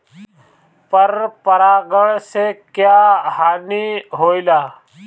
पर परागण से क्या हानि होईला?